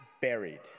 buried